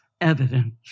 evidence